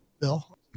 Bill